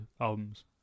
albums